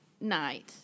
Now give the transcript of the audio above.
night